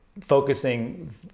focusing